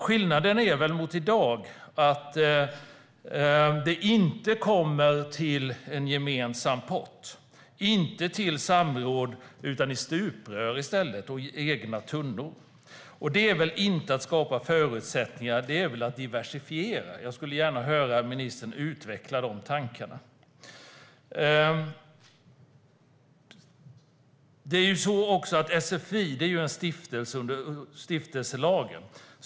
Skillnaden mot i dag är väl att stödet inte kommer till en gemensam pott och inte till samråd utan i stuprör och egna tunnor i stället. Det är väl inte att skapa förutsättningar, utan det är att diversifiera. Jag skulle gärna höra ministern utveckla tankarna kring det. SFI är en stiftelse som lyder under stiftelselagen.